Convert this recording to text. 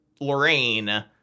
Lorraine